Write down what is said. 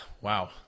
wow